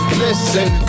listen